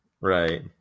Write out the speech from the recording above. right